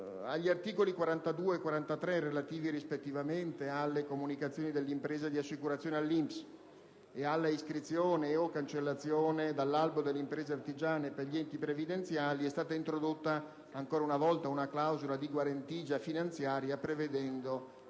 Agli articoli 42 è 43, relativi, rispettivamente, alle comunicazioni dell'impresa di assicurazione all'INPS e all'iscrizione o cancellazione dall'albo delle imprese artigiane per gli enti previdenziali, è stata introdotta ancora una volta una clausola di guarentigia finanziaria prevedendo